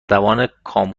کامکار